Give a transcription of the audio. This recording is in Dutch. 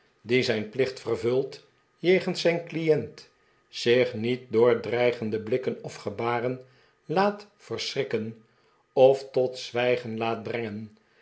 die zijn plicht vervult jegens zijn client zich niet door dreigende blikken of gebaren laat verschrikken of tot zwijgen laat brengen